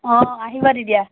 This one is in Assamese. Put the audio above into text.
অঁ আহিবা তেতিয়া